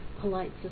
polite